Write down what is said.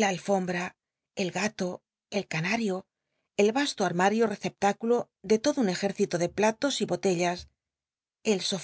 la alfom bra el gato el canario el yasto armal'io rcccptticulo de todo un ejercito de platos y botellas el som